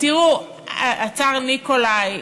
"הצאר ניקולאי".